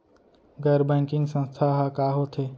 गैर बैंकिंग संस्था ह का होथे?